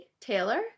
Taylor